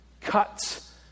cuts